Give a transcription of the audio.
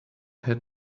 had